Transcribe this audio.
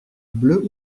bleu